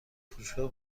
فروشگاه